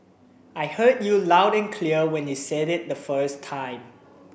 I heard you loud and clear when you said it the first time